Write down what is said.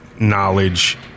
knowledge